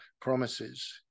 promises